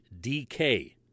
DK